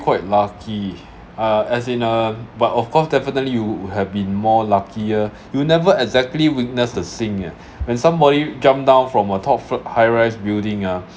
quite lucky ah as in a but of course definitely you would have been more luckier you'll never exactly witness the scene eh when somebody jumped down from a top floor high rise building ah